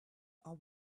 are